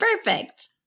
perfect